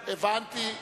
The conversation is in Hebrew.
הבנתי.